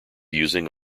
using